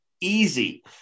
easy